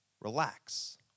relax